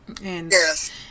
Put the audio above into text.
Yes